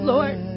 Lord